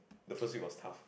the first week was tough